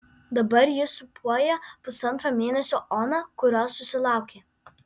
dabar ji sūpuoja pusantro mėnesio oną kurios susilaukė